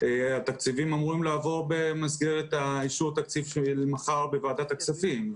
התקציבים אמורים לעבור במסגרת אישור התקציב מחר בוועדת הכספים,